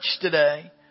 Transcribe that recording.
today